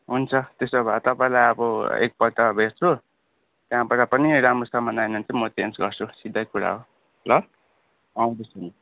हुन्छ त्यसो भए तपाईँलाई अब एकपल्ट भेट्छु त्यहाँबाट पनि राम्रो सामान आएन भने चाहिँ म चेन्ज गर्छु सिधै कुरा हो ल आउँदैछु म